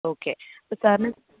okay അപ്പം സാറിന്